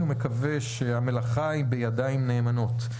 ומקווה שהמלאכה היא בידיים נאמנות.